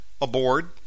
aboard